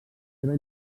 seva